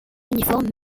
uniformes